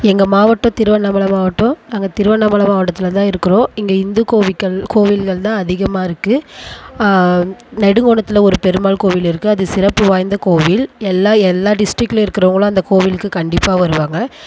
எங்கள் மாவட்டம் திருவண்ணாமலை மாவட்டம் நாங்கள் திருவண்ணாமலை மாவட்டத்தில் தான் இருக்கிறோம் இங்கே இந்து கோவிகள் கோவில்கள் தான் அதிகமாகே இருக்குது நெடுங்கோணத்தில் ஒரு பெருமாள் கோவில் இருக்குது அது சிறப்பு வாய்ந்த கோவில் எல்லா எல்லா டிஸ்ட்ரிக்ட்கில் இருக்கிறவங்களும் அந்த கோவிலுக்கு கண்டிப்பாக வருவாங்க